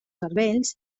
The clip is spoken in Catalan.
cervells